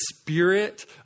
spirit